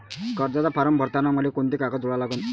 कर्जाचा फारम भरताना मले कोंते कागद जोडा लागन?